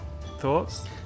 thoughts